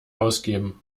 ausgeben